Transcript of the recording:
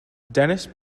dennis